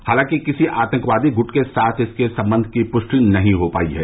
हालांकि किसी आतंकवादी गुट के साथ इसके संबंध की पुष्टि अमी नहीं हो पाई है